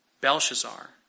Belshazzar